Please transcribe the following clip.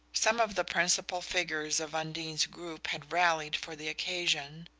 some of the principal figures of undine's group had rallied for the occasion,